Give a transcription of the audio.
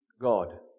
God